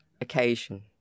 occasion